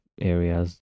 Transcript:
areas